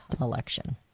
election